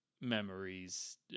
Memories